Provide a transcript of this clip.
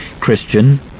Christian